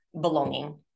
belonging